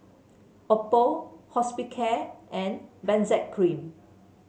Oppo Hospicare and Benzac Cream